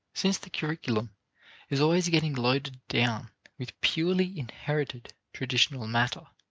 since the curriculum is always getting loaded down with purely inherited traditional matter